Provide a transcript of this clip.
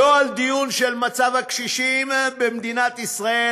לא לדיון על מצב הקשישים במדינת ישראל,